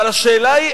אבל השאלה היא,